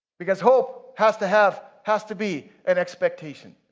because hope has to have, has to be an expectation.